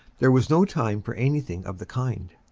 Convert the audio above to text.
there was no time for anything of the kind.